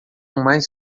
mais